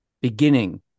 beginning